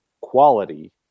quality